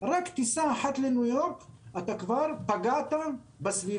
רק בטיסה אחת לניו יורק כבר פגעת בסביבה,